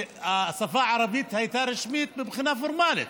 שהשפה הערבית הייתה רשמית מבחינה פורמלית,